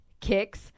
kicks